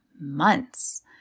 months